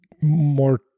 more